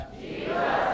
Jesus